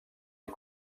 les